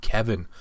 Kevin